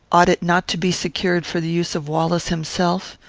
ought it not to be secured for the use of wallace himself,